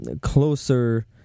closer